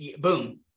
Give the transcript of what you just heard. boom